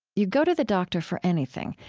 you go to the doctor for anything,